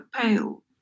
pale